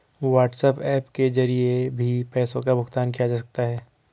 WhatsApp के जरिए भी पैसों का भुगतान किया जा सकता है